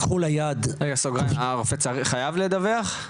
הרופא חייב לדווח?